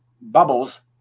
bubbles